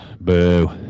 Boo